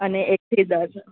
અને એક થી દસ